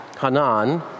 Hanan